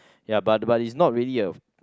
ya but but is not really a